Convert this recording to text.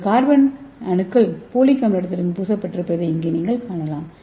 இந்த கார்பன் அணுக்கள் ஃபோலிக் அமிலத்துடன் பூசப்பட்டிருப்பதை இங்கே காணலாம்